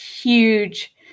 huge